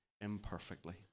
imperfectly